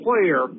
player